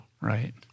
Right